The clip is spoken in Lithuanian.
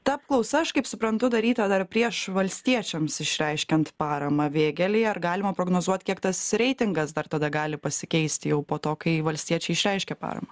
ta apklausa aš kaip suprantu daryta dar prieš valstiečiams išreiškiant paramą vėgėlei ar galima prognozuot kiek tas reitingas dar tada gali pasikeisti jau po to kai valstiečiai išreiškė paramą